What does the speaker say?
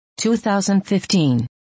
2015